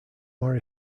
more